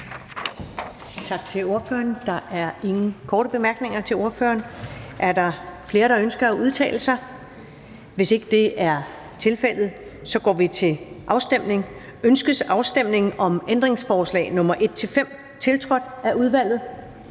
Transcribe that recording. Tak til ordføreren. Der er ingen korte bemærkninger til ordføreren. Er der flere, der ønsker at udtale sig? Hvis ikke det er tilfældet, går vi til afstemning. Kl. 13:27 Afstemning Første næstformand (Karen